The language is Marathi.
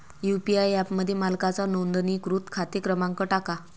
यू.पी.आय ॲपमध्ये मालकाचा नोंदणीकृत खाते क्रमांक टाका